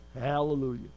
Hallelujah